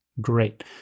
great